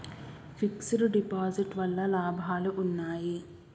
Fix డ్ deposit వల్ల లాభాలు ఉన్నాయి?